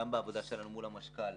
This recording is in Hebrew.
וגם בעבודה שלנו מול המשכ"ל,